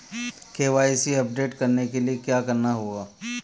KYC update करने के लिए क्या करना होगा?